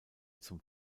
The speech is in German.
zum